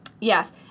Yes